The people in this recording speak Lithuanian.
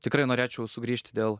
tikrai norėčiau sugrįžti dėl